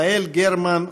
יעל גרמן,